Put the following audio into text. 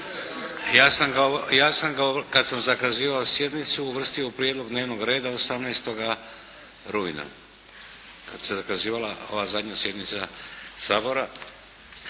Ja sam ga, kad sam zakazivao sjednicu uvrstio u prijedlog dnevnog reda 18. rujna kad se zakazivala ova zadnja sjednica Sabora.